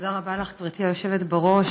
תודה רבה לך, גברתי היושבת בראש,